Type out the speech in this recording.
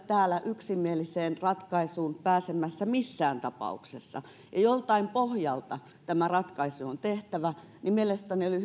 täällä yksimieliseen ratkaisuun pääsemässä missään tapauksessa ja koska joltain pohjalta tämä ratkaisu on tehtävä niin mielestäni